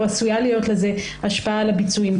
שעשויה להיות לזה השפעה על הביצועים.